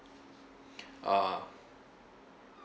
ah